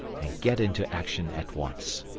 and get into action at once.